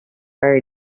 are